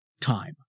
Time